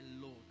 Lord